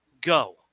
Go